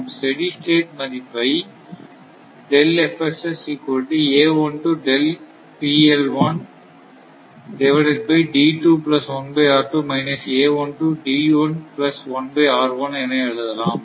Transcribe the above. நாம் steady state மதிப்பை என எழுதலாம்